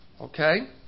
okay